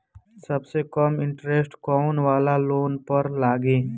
सबसे कम इन्टरेस्ट कोउन वाला लोन पर लागी?